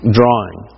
drawing